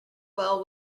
well